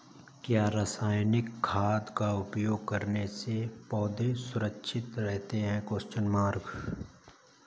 क्या रसायनिक खाद का उपयोग करने से पौधे सुरक्षित रहते हैं?